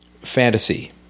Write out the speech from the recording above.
fantasy